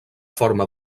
forma